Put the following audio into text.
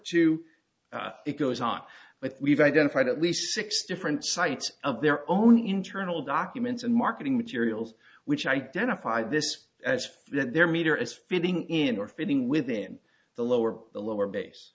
two it goes on but we've identified at least six different sites of their own internal documents and marketing materials which identify this as their meter as fitting in or fitting within the lower the lower